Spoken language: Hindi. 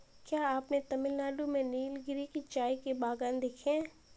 क्या आपने तमिलनाडु में नीलगिरी के चाय के बागान देखे हैं?